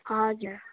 हजुर